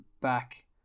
back